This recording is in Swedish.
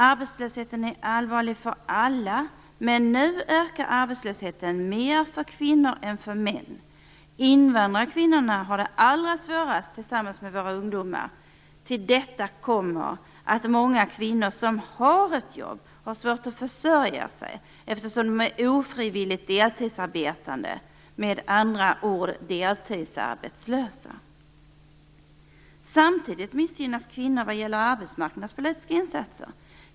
Arbetslösheten är allvarlig för alla, men nu ökar arbetslösheten mer bland kvinnor än bland män. Invandrarkvinnorna, tillsammans med våra ungdomar, har det allra svårast. Till detta kommer att många kvinnor som har ett jobb har svårt att försörja sig, eftersom de är ofrivilligt deltidsarbetande, med andra ord deltidsarbetslösa. Samtidigt missgynnas kvinnor vad gäller arbetsmarknadspolitiska insatser.